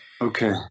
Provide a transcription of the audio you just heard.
Okay